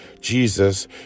Jesus